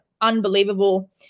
unbelievable